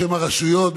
בשם הרשויות,